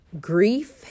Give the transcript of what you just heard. grief